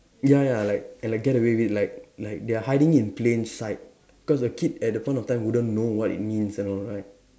ya ya like and like get away with it like like they are hiding in plain sight cause the kid at the point of time wouldn't know what it means and all right